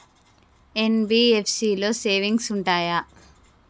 NBFC లో savings ఉంటయా?